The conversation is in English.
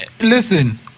Listen